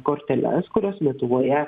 korteles kurios lietuvoje